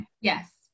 Yes